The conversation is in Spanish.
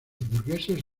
burgueses